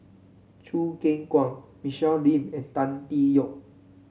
Choo Keng Kwang Michelle Lim and Tan Tee Yoke